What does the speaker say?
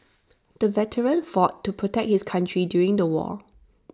the veteran fought to protect his country during the war